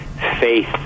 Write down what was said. faith